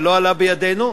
ולא עלה בידנו.